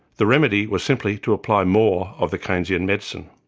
the remedy was simply to apply more of the keynesian medicine